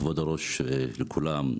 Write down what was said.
כבוד היושב-ראש וכולם,